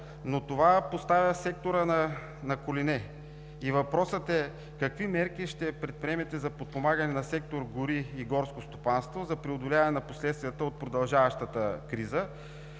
Но това поставя сектора на колене. И въпросът е: какви мерки ще предприемете за подпомагане на сектор „Гори и горско стопанство“ за преодоляване на последствията от продължаващата криза?